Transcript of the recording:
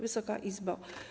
Wysoka Izbo!